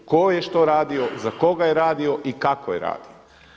Tko je što radio, za koga je radio i kako je radio.